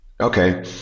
Okay